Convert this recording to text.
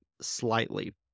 slightly